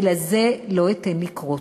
ולזה לא אתן לקרות.